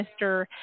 Mr